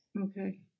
Okay